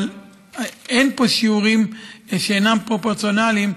אבל אין פה שיעורים שאינם פרופורציונליים